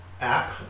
app